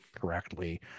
correctly